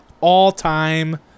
all-time